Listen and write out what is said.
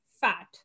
fat